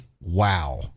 wow